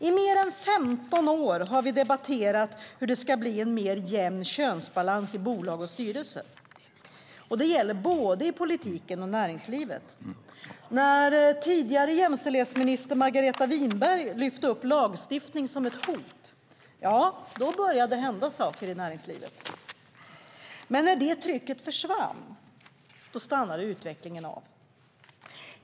I mer än 15 år har vi debatterat hur det ska bli en mer jämn könsbalans i bolagens styrelser, i politiken och i näringslivet. När tidigare jämställdhetsministern Margareta Winberg lyfte upp frågan om lagstiftning som ett hot, ja, då började det hända saker i näringslivet. Men när det trycket försvann stannade utvecklingen av.